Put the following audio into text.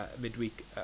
midweek